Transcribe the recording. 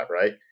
right